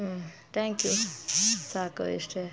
ಹ್ಞೂ thank you ಸಾಕು ಇಷ್ಟೇ